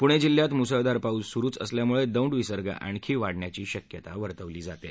पुणे जिल्ह्यात मुसळधार पाऊस सुरुच असल्यामुळे दौंड विसर्ग आणखीन वाढण्याची शक्यता आहे